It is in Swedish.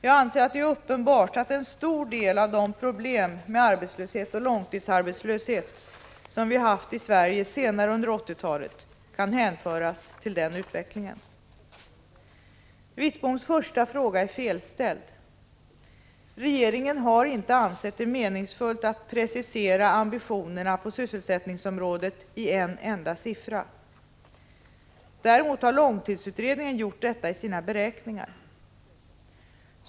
Jag anser att det är uppenbart att en stor del av de problem med arbetslöshet och långtidsarbetslöshet som vi haft i Sverige senare under 1980-talet kan hänföras till den utvecklingen. Wittboms första fråga är felställd. Regeringen har inte ansett det meningsfullt att precisera ambitionerna på sysselsättningsområdet i en enda siffra. Däremot har långtidsutredningen gjort detta i sina beräkningar.